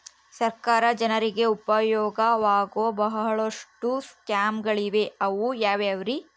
ಸರ್ಕಾರ ಜನರಿಗೆ ಉಪಯೋಗವಾಗೋ ಬಹಳಷ್ಟು ಸ್ಕೇಮುಗಳಿವೆ ಅವು ಯಾವ್ಯಾವ್ರಿ?